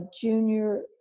junior